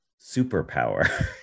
superpower